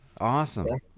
awesome